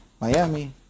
Miami